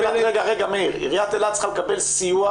אני חושב שעירית אילת צריכה לקבל סיוע